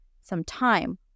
sometime